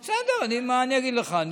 בסדר, מה אני אגיד לך.